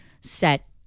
set